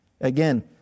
again